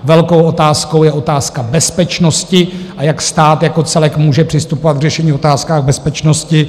Velkou otázkou je otázka bezpečnosti, a jak stát jako celek může přistupovat k řešení otázek bezpečnosti.